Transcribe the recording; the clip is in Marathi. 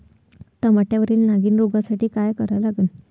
टमाट्यावरील नागीण रोगसाठी काय करा लागन?